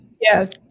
Yes